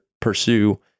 pursue